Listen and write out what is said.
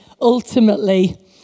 ultimately